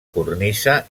cornisa